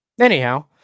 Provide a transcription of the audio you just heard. Anyhow